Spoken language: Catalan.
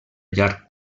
llarg